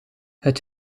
het